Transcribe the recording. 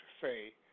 say